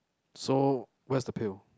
so where is the pill